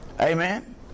Amen